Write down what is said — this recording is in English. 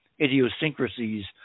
idiosyncrasies